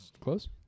close